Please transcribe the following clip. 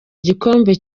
igikombe